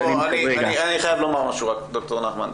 אני חייב לומר משהו, ד"ר נחמן.